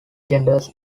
genders